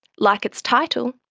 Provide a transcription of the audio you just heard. like its title,